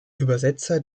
übersetzer